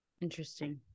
interesting